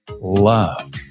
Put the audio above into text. Love